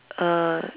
uh